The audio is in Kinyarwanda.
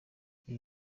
ibi